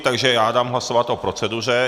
Takže já dám hlasovat o proceduře.